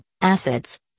acids